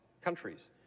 countries